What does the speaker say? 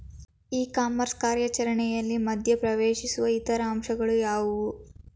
E commerce ಕಾರ್ಯಾಚರಣೆಯಲ್ಲಿ ಮಧ್ಯ ಪ್ರವೇಶಿಸುವ ಇತರ ಅಂಶಗಳು ಯಾವುವು?